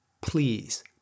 Please